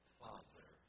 father